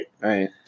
Right